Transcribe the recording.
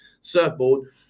surfboard